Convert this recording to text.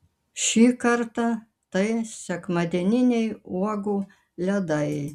šį kartą tai sekmadieniniai uogų ledai